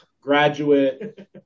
graduate